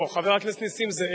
לא, חבר הכנסת נסים זאב.